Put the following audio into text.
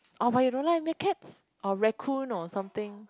oh but you don't like meerkats or raccoon or something